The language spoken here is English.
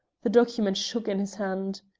the document shook in his hand.